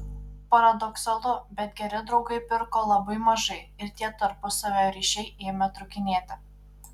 paradoksalu bet geri draugai pirko labai mažai ir tie tarpusavio ryšiai ėmė trūkinėti